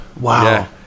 wow